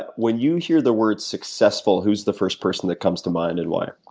but when you hear the word successful who is the first person that comes to mind and why?